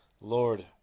Lord